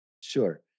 Sure